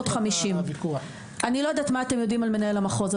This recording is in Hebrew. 550. אני לא יודעת מה אתם יודעים על מנהל המחוז,